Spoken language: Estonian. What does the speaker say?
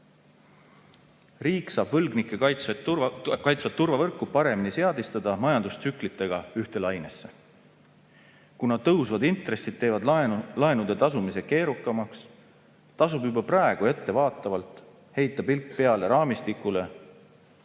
Riik saab võlgnikke kaitsvat turvavõrku paremini seadistada majandustsüklitega ühte lainesse. Kuna tõusvad intressid teevad laenude tasumise keerukamaks, tasub juba praegu ettevaatavalt heita pilk peale raamistikule,